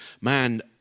man